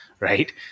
right